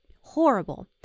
horrible